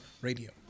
radio